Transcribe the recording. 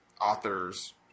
authors